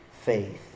faith